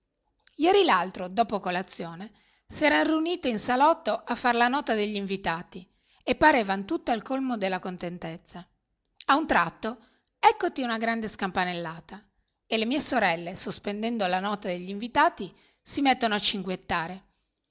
ieri l'altro dopo colazione si eran riunite in salotto a far la nota degli invitati e parevan tutte al colmo della contentezza a un tratto eccoti una grande scampanellata e le mie sorelle sospendendo la nota degli invitati si mettono a